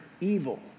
evil